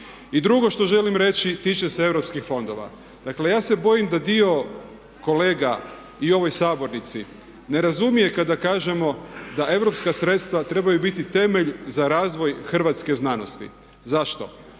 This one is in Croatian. I drugo što želim reći tiče se europskih fondova. Dakle, ja se bojim da dio kolega i u ovoj sabornici ne razumije kada kažemo da europska sredstva trebaju biti temelj za razvoj hrvatske znanosti. Zašto?